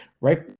right